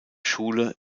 schule